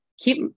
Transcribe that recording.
keep